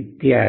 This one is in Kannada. ಇತ್ಯಾದಿ